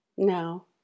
Now